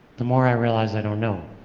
the more i realize i don't know,